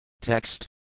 Text